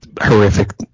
horrific